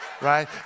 right